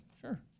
Sure